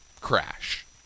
crash